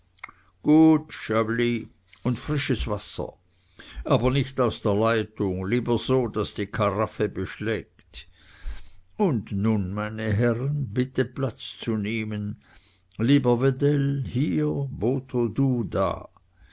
gut chablis und frisches wasser aber nicht aus der leitung lieber so daß die karaffe beschlägt und nun meine herren bitte platz zu nehmen lieber wedell hier botho du da